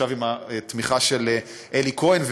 ועכשיו עם התמיכה של אלי כהן,